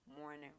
morning